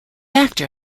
actor